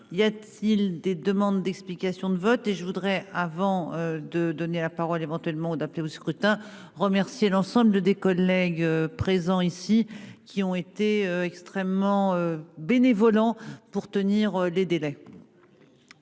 y a-t-il des demandes d'explications de vote et je voudrais, avant de donner la parole éventuellement d'appeler au scrutin remercier l'ensemble de des collègues présents ici, qui ont été extrêmement bénévoles en pour tenir les délais.